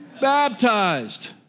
baptized